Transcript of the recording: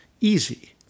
easy